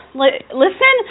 listen